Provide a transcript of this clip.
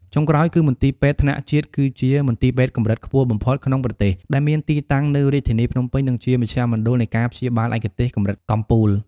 ចុងក្រោយគឺ មន្ទីរពេទ្យថ្នាក់ជាតិ គឺជាមន្ទីរពេទ្យកម្រិតខ្ពស់បំផុតក្នុងប្រទេស ដែលមានទីតាំងនៅរាជធានីភ្នំពេញ និងជាមជ្ឈមណ្ឌលនៃការព្យាបាលឯកទេសកម្រិតកំពូល។